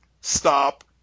stop